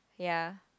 ya